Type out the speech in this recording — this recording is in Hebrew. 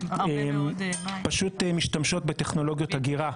פשוט משתמשות באנרגיות אגירה,